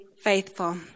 faithful